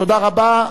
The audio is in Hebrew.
תודה רבה.